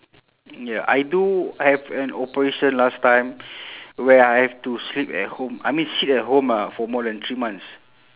ya I do I have an operation last time where I have to sleep at home I mean sit at home ah for more than three months